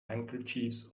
handkerchiefs